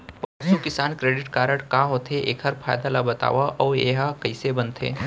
पसु किसान credit card का होथे, एखर फायदा ला बतावव अऊ एहा कइसे बनथे?